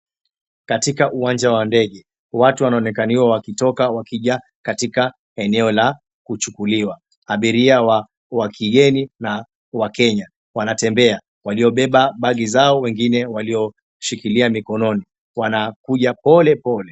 Katika uwanja wa ndege. Watu wanaonekana wakitoka wakijaa katika eneo la kuchukuliwa. Abiria wakigeni na wakenya wanatembea waliobeba begi zao na wengine walioshikilia mikononi, wanakuja polepole.